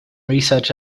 research